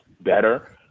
better